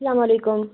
اسلام علیکُم